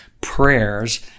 prayers